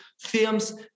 films